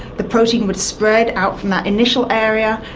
the protein would spread out from that initial area,